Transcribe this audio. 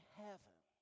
heaven